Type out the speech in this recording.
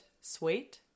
sweet